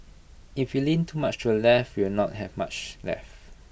if we lean too much to the left we will not have much left